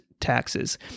Taxes